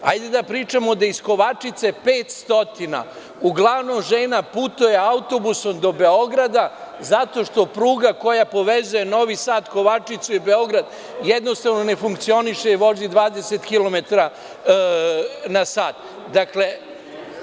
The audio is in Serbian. Hajde da pričamo da iz Kovačice 500 uglavnom žena putuje autobusom do Beograda zato što pruga koja povezuje Novi Sad, Kovačicu i Beograd, jednostavno ne funkcioniše i vozi 20 kilometara na sat.